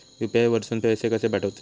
UPI वरसून पैसे कसे पाठवचे?